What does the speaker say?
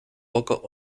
poco